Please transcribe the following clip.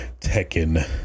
Tekken